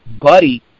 buddy